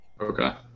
Okay